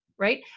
right